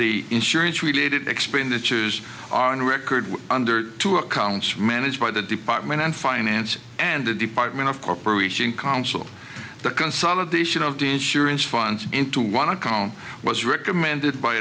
the insurance related expenditures are on record under two accounts for managed by the department of finance and the department of corporation counsel the consolidation of the insurance funds into one account was recommended by